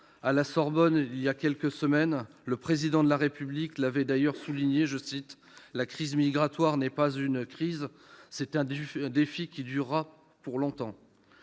À la Sorbonne, voilà quelques semaines, le Président de la République l'avait d'ailleurs souligné :« La crise migratoire n'est pas une crise, c'est un défi qui durera pour longtemps.